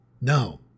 No